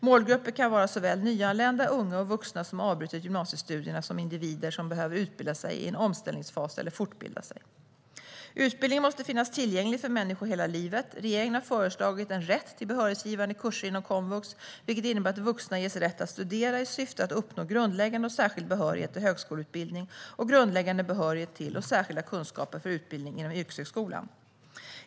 Målgrupper kan vara såväl nyanlända, unga och vuxna som avbrutit gymnasiestudierna som individer som behöver utbilda sig i en omställningsfas eller fortbilda sig. Utbildning måste finnas tillgänglig för människor hela livet. Regeringen har föreslagit en rätt till behörighetsgivande kurser inom komvux, vilket innebär att vuxna ges rätt att studera i syfte att uppnå grundläggande och särskild behörighet till högskoleutbildning och grundläggande behörighet till och särskilda kunskaper för utbildning inom yrkeshögskolan.